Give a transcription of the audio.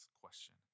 question